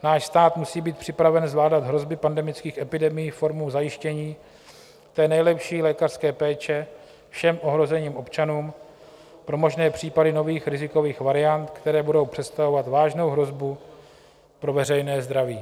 Náš stát musí být připraven zvládat hrozby pandemických epidemií formou zajištění té nejlepší lékařské péče všem ohroženým občanům pro možné případy nových rizikových variant, které budou představovat vážnou hrozbu pro veřejné zdraví.